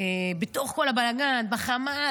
בתוך כל הבלגן בחמ"ל,